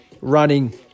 running